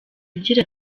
agira